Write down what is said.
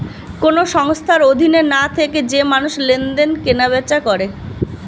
কোন সংস্থার অধীনে না থেকে যে মানুষ লেনদেন, কেনা বেচা করে